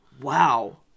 Wow